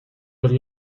would